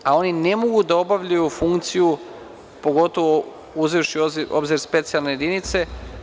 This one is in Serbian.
A oni ne mogu da obavljaju funkciju, pogotovo uzevši u obzir specijalne jedinice.